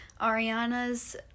Ariana's